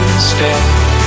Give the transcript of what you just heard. Stay